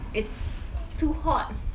it's too hot